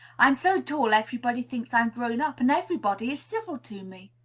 i'm so tall, everybody thinks i am grown up, and everybody is civil to me.